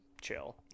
chill